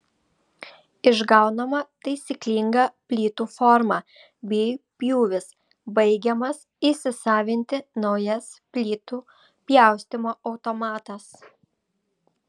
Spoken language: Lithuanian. išgaunama taisyklinga plytų forma bei pjūvis baigiamas įsisavinti naujas plytų pjaustymo automatas